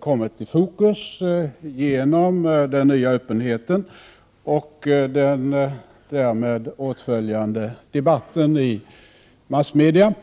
kommit i fokus genom den nya öppenheten och den därmed åtföljande debatten i massmedia.